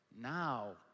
now